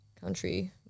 country